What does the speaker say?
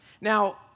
Now